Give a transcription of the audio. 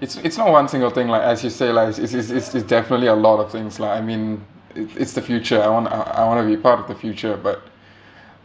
it's it's not one single thing lah as you say lah it's it's it's it's definitely a lot of things lah I mean it's it's the future I want a I want to be part of the future but